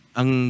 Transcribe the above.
ang